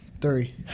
Three